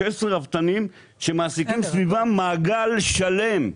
מדובר כאן ב-16 רפתנים שמעסיקים סביבם מעגל שלם.